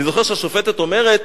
אני זוכר שהשופטת אומרת,